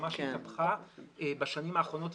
ממש התהפכה בשנים האחרונות,